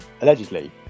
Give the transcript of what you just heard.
allegedly